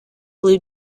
blue